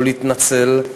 לא להתנצל,